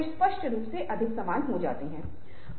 इसलिए यह उन चीजों में से एक है जो मैं आपके साथ साझा कर रहा हूं